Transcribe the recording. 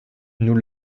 nous